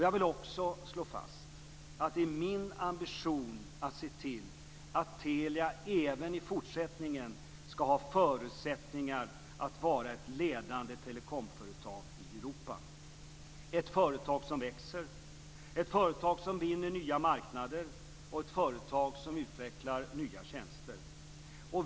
Jag vill också slå fast att min ambition är att se till att Telia även i fortsättningen ska ha förutsättningar att vara ett ledande telekomföretag i Europa, ett företag som växer, ett företag som vinner nya marknader och ett företag som utvecklar nya tjänster.